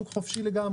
לשוק חופשי לגמרי.